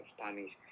Spanish